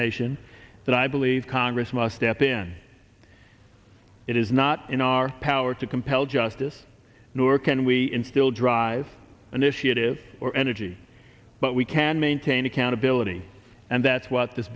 nation that i believe congress must step in it is not in our power to compel justice nor can we instill drive initiative or energy but we can maintain accountability and that's what this